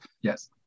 Yes